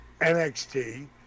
NXT